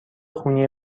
خونی